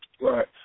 right